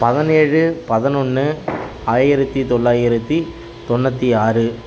பதினேழு பதினொன்று ஆயிரத்தி தொள்ளாயிரத்தி தொண்ணூற்றி ஆறு